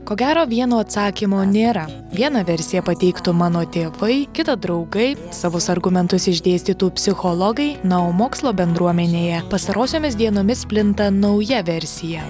ko gero vieno atsakymo nėra vieną versiją pateiktų mano tėvai kitą draugai savus argumentus išdėstytų psichologai na o mokslo bendruomenėje pastarosiomis dienomis plinta nauja versija